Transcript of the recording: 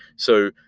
so,